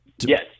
Yes